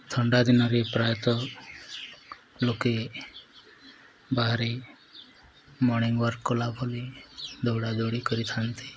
ଥଣ୍ଡା ଦିନରେ ପ୍ରାୟତଃ ଲୋକେ ବାହାରେ ମର୍ଣିଙ୍ଗ୍ ୱାର୍କ୍ କଲା ଭଳି ଦୌଡ଼ାଦୌଡ଼ି କରିଥାନ୍ତି